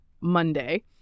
Monday